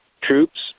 troops